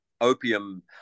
opium